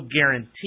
guarantee